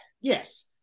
Yes